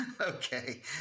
okay